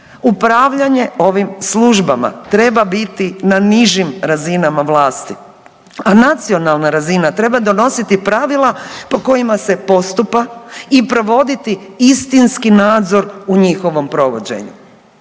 upravljanje ovim službama treba biti na nižim razinama vlasti, a nacionalna razina treba donositi pravila po kojima se postupa i provoditi istinski nadzor u njihovom provođenju.